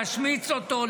להשמיץ אותו,